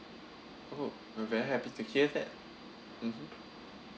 oh very happy to hear that mmhmm